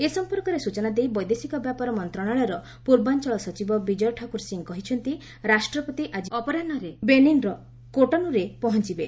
ଏ ସମ୍ପର୍କରେ ସ୍ଟଚନା ଦେଇ ବୈଦେଶିକ ବ୍ୟାପାର ମନ୍ତ୍ରଣାଳୟର ପୂର୍ବାଞ୍ଚଳ ସଚିବ ବିଜୟ ଠାକୁର ସିଂ କହିଛନ୍ତି ରାଷ୍ଟ୍ରପତି ଆଜି ଅପରାହ୍ବର ବେନିନ୍ର କୋଟୋନୁରେ ପହଞ୍ଚବେ